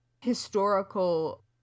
historical